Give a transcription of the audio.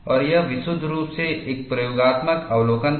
और यह विशुद्ध रूप से एक प्रयोगात्मक अवलोकन था